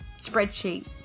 spreadsheet